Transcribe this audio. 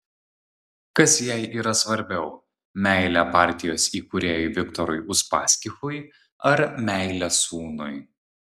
kas jai yra svarbiau meilė partijos įkūrėjui viktorui uspaskichui ar meilė sūnui